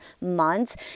months